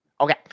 Okay